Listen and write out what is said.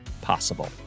possible